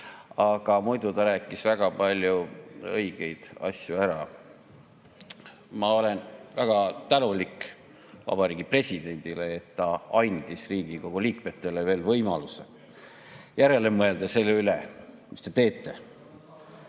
Aga muidu ta rääkis väga palju õigeid asju ära. Ma olen väga tänulik Vabariigi Presidendile, et ta andis Riigikogu liikmetele veel võimaluse järele mõelda selle üle, mis me teeme.